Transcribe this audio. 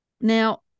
now